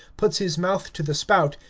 puts his mouth to the spout,